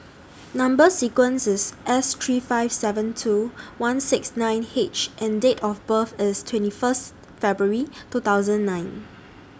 Number sequence IS S three five seven two one six nine H and Date of birth IS twenty First February two thousand nine